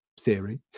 Theory